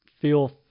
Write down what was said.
feel